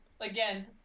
again